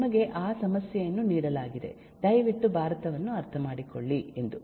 ನಿಮಗೆ ಆ ಸಮಸ್ಯೆಯನ್ನು ನೀಡಲಾಗಿದೆ ದಯವಿಟ್ಟು ಭಾರತವನ್ನು ಅರ್ಥಮಾಡಿಕೊಳ್ಳಿ ಎಂದು